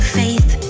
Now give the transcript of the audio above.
faith